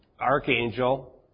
archangel